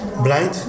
blind